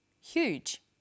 huge